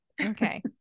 Okay